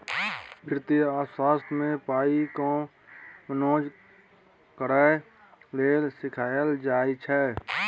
बित्तीय अर्थशास्त्र मे पाइ केँ मेनेज करय लेल सीखाएल जाइ छै